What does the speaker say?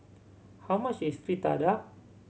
how much is Fritada